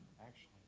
actually